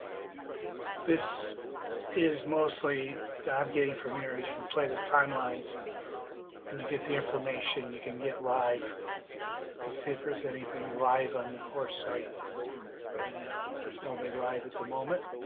this is mostly that i'm getting from here is you can play the timelines and you get the information you can get live let's see if there's anything live on the horse site right now there's nobody live at the moment